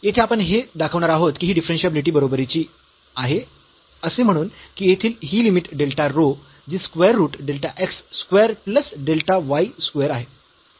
तर येथे आपण हे दाखवणार आहोत की ही डिफरन्शियाबिलिटी बरोबरोची आहे असे म्हणून की येथील ही लिमिट डेल्टा रो जी square root delta x square plus delta y square आहे